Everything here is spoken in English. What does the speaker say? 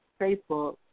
Facebook